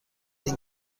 این